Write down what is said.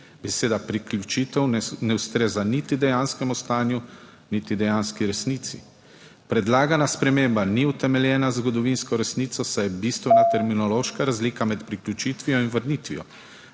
Beseda priključitev ne ustreza niti dejanskemu stanju, niti dejanski resnici. Predlagana sprememba ni utemeljena z zgodovinsko resnico, saj je bistvena / znak za konec razprave/ terminološka razlika med priključitvijo in vrnitvijo,